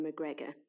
McGregor